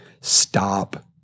stop